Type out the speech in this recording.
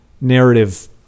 narrative